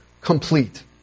complete